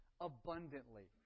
abundantly